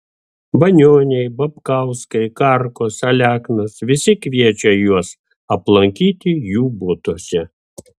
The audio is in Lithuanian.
banioniai babkauskai karkos aleknos visi kviečia juos aplankyti jų butuose